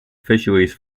fisheries